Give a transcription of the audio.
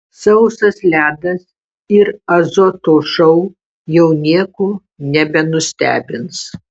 sausas ledas ir azoto šou jau nieko nebenustebins